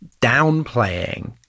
downplaying